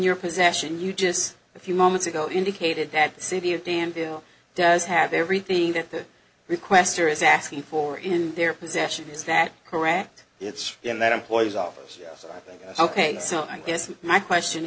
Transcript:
your possession you just a few moments ago indicated that the city of danville does have everything that the requestor is asking for in their possession is that correct it's in that employees office yes i think ok so i guess my question